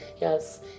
yes